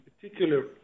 particular